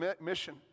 mission